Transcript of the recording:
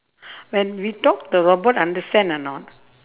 when we talk the robot understand or not